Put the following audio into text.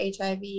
HIV